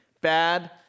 Bad